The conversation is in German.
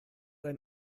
ein